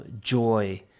joy